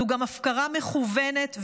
זו גם הפקרה מכוונת,